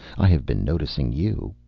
i have been noticing you.